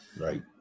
Right